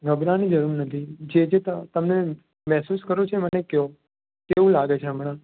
ગભરાવવાની જરૂર નથી જે જે તમે મહેસૂસ કરો છો એ મને કહો કેવું લાગે છે હમણાં